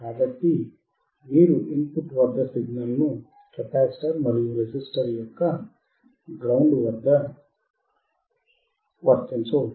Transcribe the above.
కాబట్టి మీరు input వద్ద సిగ్నల్ ను కెపాసిటర్ మరియు రెసిస్టర్ యొక్క గ్రౌండ్ వద్ద వర్తించవచ్చు